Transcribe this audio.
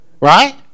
Right